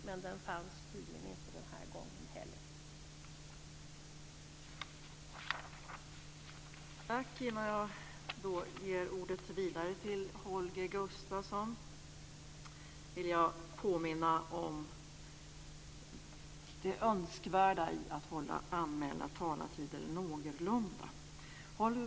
Men den fanns tydligen inte den här gången heller.